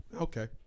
Okay